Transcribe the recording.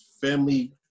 family